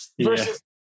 Versus